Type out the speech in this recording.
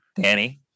Danny